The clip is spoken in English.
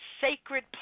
sacred